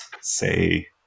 say